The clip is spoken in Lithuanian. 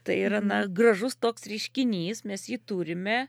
tai yra na gražus toks reiškinys mes jį turime